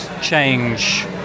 change